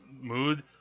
mood